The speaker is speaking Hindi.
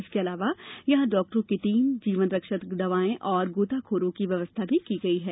इसके अलावा यहां डाक्टरों की टीम जीवन रक्षक दवाएं और गोताखोरों की व्यवस्था भी की गई है